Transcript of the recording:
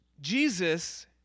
Jesus